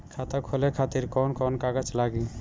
खाता खोले खातिर कौन कौन कागज लागी?